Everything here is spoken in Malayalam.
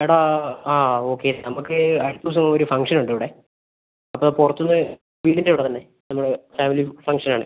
എടാ ആ ഓക്കെ നമുക്ക് അടുത്ത ദിവസം ഒരു ഫംഗ്ഷൻ ഉണ്ട് ഇവിടെ അപ്പം പുറത്തുനിന്ന് വീടിന്റെ അവിടെത്തന്നെ നമ്മുടെ ഫാമിലി ഫംഗ്ഷൻ ആണ്